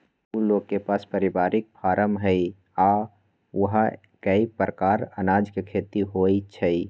उ लोग के पास परिवारिक फारम हई आ ऊहा कए परकार अनाज के खेती होई छई